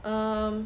um